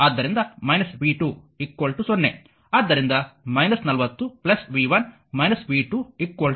ಆದ್ದರಿಂದ v 2 0 ಆದ್ದರಿಂದ 40 v 1 v2 0